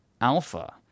Alpha